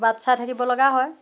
বাট চাই থাকিব লগা হয়